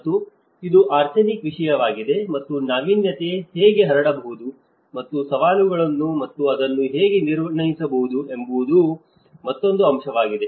ಮತ್ತು ಇದು ಆರ್ಸೆನಿಕ್ ವಿಷಯವಾಗಿದೆ ಮತ್ತು ನಾವೀನ್ಯತೆ ಹೇಗೆ ಹರಡಬಹುದು ಮತ್ತು ಸವಾಲುಗಳೇನು ಮತ್ತು ಅದನ್ನು ಹೇಗೆ ನಿರ್ಣಯಿಸಬಹುದು ಎಂಬುವುದು ಮತ್ತೊಂದು ಅಂಶವಾಗಿದೆ